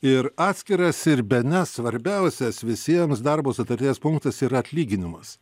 ir atskiras ir bene svarbiausias visiems darbo sutarties punktas yra atlyginimas